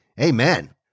Amen